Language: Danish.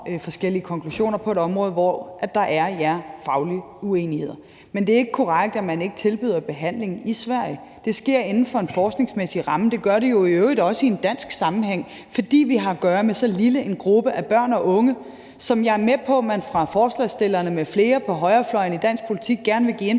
forskellige konklusioner på et område, hvor der, ja, er faglige uenigheder. Men det er ikke korrekt, at man ikke tilbyder behandling i Sverige. Det sker inden for en forskningsmæssig ramme, og det gør det jo i øvrigt også i en dansk sammenhæng, fordi vi har at gøre med så lille en gruppe af børn og unge, som jeg er med på at forslagsstillerne med flere på højrefløjen i dansk politik gerne vil give